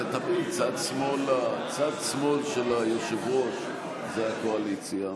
זה תמיד היה כך: צד שמאל של היושב-ראש הוא הקואליציה,